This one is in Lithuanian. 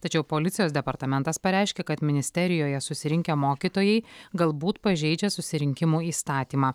tačiau policijos departamentas pareiškė kad ministerijoje susirinkę mokytojai galbūt pažeidžia susirinkimų įstatymą